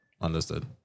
understood